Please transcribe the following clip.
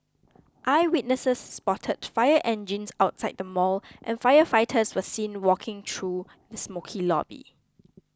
eyewitnesses spotted fire engines outside the mall and firefighters were seen walking through the smokey lobby